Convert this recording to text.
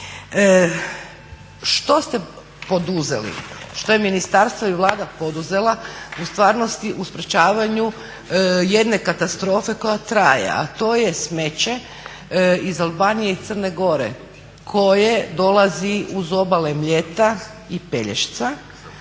što ste poduzeli, što je ministarstvo i Vlada poduzela u sprečavanju jedne katastrofe koja traje, a to je smeće iz Albanije i Crne Gore koje dolazi uz obale Mljeta i Pelješca